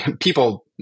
people